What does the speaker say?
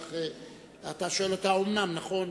אתה שואל אותה האומנם, נכון?